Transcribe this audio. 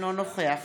אינו נוכח